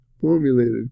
formulated